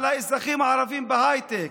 על האזרחים הערבים בהייטק,